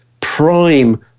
prime